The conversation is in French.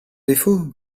défaut